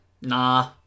Nah